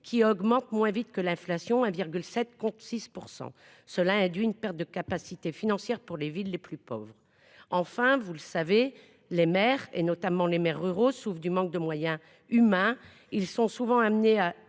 qui augmentent moins vite que l'inflation 1,7 compte 6% cela induit une perte de capacités financières pour les villes les plus pauvres, enfin vous le savez, les maires et notamment les maires ruraux souffrent du manque de moyens humains ils sont souvent amenés à